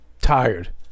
tired